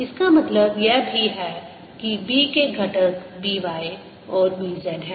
इसका मतलब यह भी है कि B के घटक B y और B z हैं